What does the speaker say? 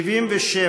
77